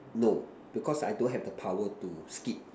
no because I don't have the power to skip